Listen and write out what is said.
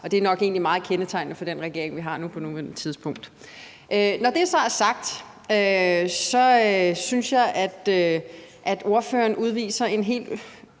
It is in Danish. og det er nok egentlig meget kendetegnende for den regering, vi har på nuværende tidspunkt. Når det så er sagt, synes jeg, at ordføreren udviser en helt